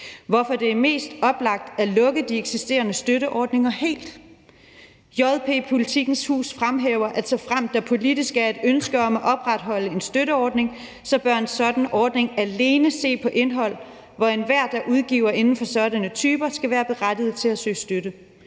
hvorfor det er mest oplagt at lukke de eksisterende støtteordninger helt. JP/Politikens Hus fremhæver, at såfremt der politisk er et ønske om at opretholde en støtteordning, så bør en sådan ordning alene se på indhold, hvor enhver, der udgiver inden for sådanne typer, skal være berettiget til at søge støtte.